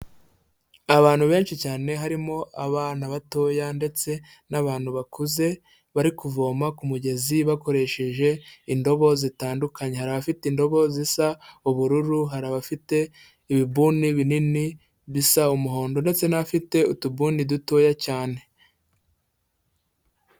Abantu benshi cyane harimo abana batoya ndetse n'abantu bakuze, bari kuvoma ku mugezi bakoresheje indobo zitandukanye. Hari abafite indobo zisa ubururu, hari abafite ibibuni binini bisa umuhondo ndetse n'afite utubuni dutoya cyane.